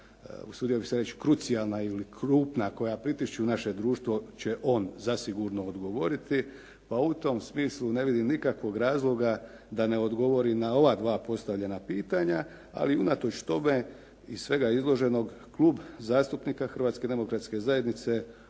usudio bih se reći krucijalna ili krupna koja pritišću naše društvo će on zasigurno odgovoriti, pa u tom smislu ne vidim nikakvog razloga da ne odgovori na ova dva postavljena pitanja, ali unatoč tome iz svega izloženog Klub zastupnika Hrvatske demokratske zajednice